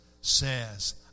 says